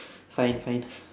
fine fine